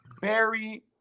Barry